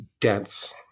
dense